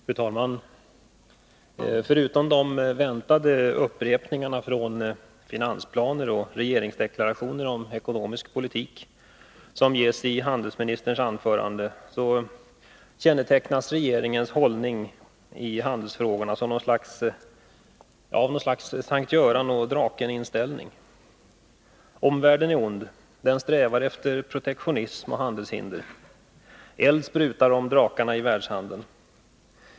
Fru talman! Förutom de väntade upprepningarna i handelsministerns anförande, från finansplaner och regeringsdeklarationer om ekonomisk politik, kännetecknas regeringens hållning i handelsfrågorna av något slags S:t Göran-och-draken-inställning. Omvärlden är ond. Den strävar efter protektionism och handelshinder. Eld sprutar om drakarna i världshandeln.